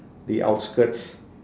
the outskirts